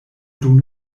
dum